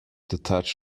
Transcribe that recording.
detach